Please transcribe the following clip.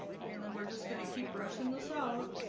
and then we're just going to keep brushing this out